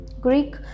Greek